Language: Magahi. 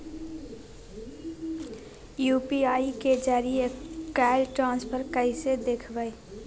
यू.पी.आई के जरिए कैल ट्रांजेक्शन कैसे देखबै?